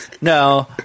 no